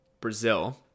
brazil